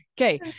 Okay